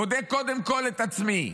בודק קודם כול את עצמי.